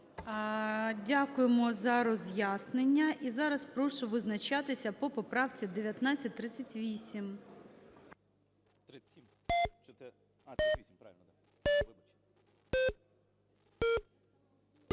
Дякуємо за роз'яснення. І зараз прошу визначатися по поправці 1938.